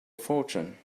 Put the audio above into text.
fortune